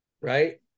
right